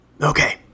Okay